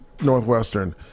Northwestern